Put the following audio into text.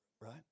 Right